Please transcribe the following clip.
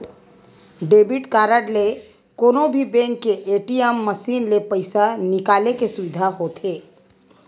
debit card ले कोनो भी बेंक के ए.टी.एम मसीन ले पइसा निकाले के सुबिधा होथे